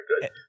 good